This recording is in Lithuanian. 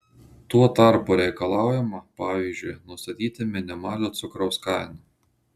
tuo tarpu reikalaujama pavyzdžiui nustatyti minimalią cukraus kainą